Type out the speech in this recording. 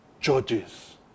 judges